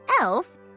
elf